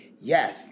Yes